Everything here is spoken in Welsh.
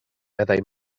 meddai